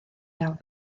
iawn